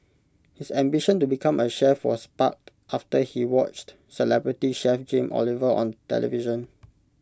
his ambition to become A chef was sparked after he watched celebrity chef Jamie Oliver on television